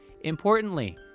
Importantly